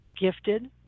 gifted